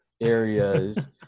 areas